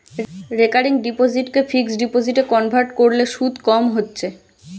recurring ডিপোসিটকে fixed ডিপোজিটে convert কোরলে শুধ কম হচ্ছে